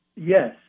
yes